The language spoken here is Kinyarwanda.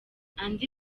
andi